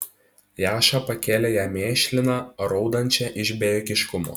jaša pakėlė ją mėšliną raudančią iš bejėgiškumo